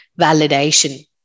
Validation